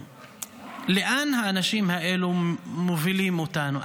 לאן האנשים האלה מובילים אותנו?